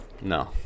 No